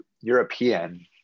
European